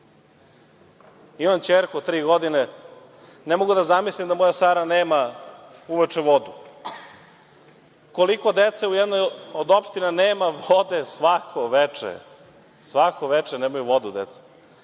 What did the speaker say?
Imam ćerku od tri godine i ne mogu da zamislim da moja Sara nema uveče vodu. Koliko dece u jednoj od opština nema vodu svako veče? Svako veče nemaju vodu deca.